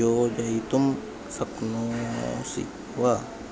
योजयितुं शक्नोषि वा